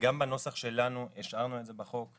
גם בנוסח שלנו השארנו את זה בחוק,